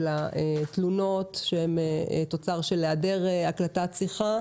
התלונות שהן תוצר של היעדר הקלטת שיחה,